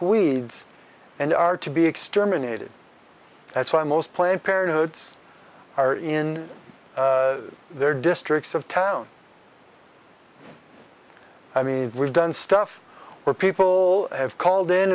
weeds and are to be exterminated that's why most planned parenthood's are in their districts of town i mean we've done stuff where people have called in